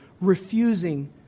refusing